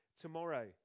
tomorrow